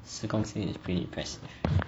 十公斤也是 pretty impressive